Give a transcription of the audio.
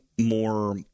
More